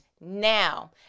now